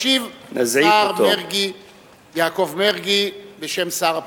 ישיב השר יעקב מרגי בשם שר הפנים.